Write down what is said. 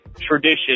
tradition